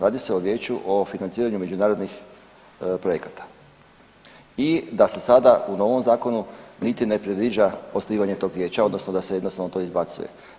Radi se o Vijeću o financiranju međunarodnih projekata i da se sada u novom Zakonu niti ne predviđa osnivanje tog Vijeća, odnosno da se jednostavno to izbacuje.